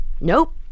Nope